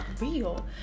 real